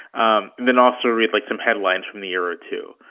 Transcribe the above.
um then also read like some headlines from the era too.